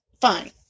fine